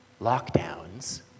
lockdowns